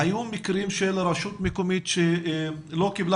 היו מקרים שרשות מקומית לא קיבלה